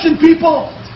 people